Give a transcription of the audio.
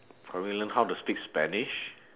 probably learn how to speak spanish